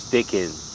Sticking